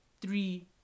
three